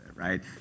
Right